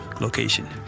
location